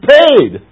paid